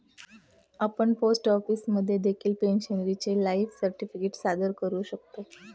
आपण पोस्ट ऑफिसमध्ये देखील पेन्शनरचे लाईफ सर्टिफिकेट सादर करू शकता